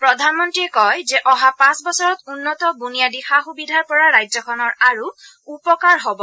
প্ৰধানমন্ত্ৰীয়ে কয় যে অহা পাঁচ বছৰত উন্নত বুনিয়াদী সা সুবিধাৰ পৰা ৰাজ্যখনৰ আৰু উপকাৰ হ'ব